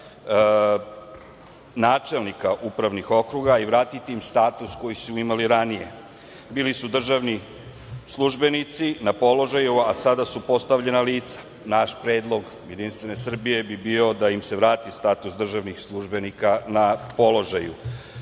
načelnika upravnih okruga i vratiti im status koju su imali ranije. Bili su državni službenici na položaju, a sada su postavljena lica. Predlog Jedinstvene Srbije bio bi da im se vrati status državnih službenika na položaju. Ono